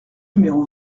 numéro